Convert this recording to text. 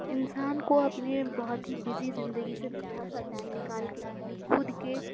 انسان کو اپنی بہت ہی بِزی زندگی سے تھوڑا سا ٹائم نکال کے اپنے خود کے